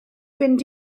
fynd